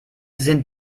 sind